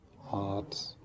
heart